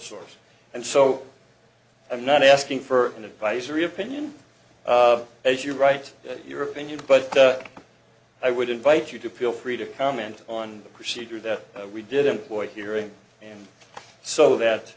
source and so i'm not asking for an advisory opinion as you write your opinion but i would invite you to feel free to comment on the procedure that we did employ hearing and so that